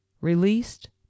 released